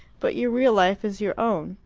but your real life is your own,